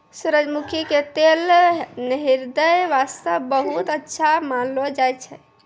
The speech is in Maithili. सूरजमुखी के तेल ह्रदय वास्तॅ बहुत अच्छा मानलो जाय छै